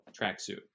tracksuit